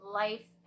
life